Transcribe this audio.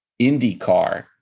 IndyCar